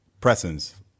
presence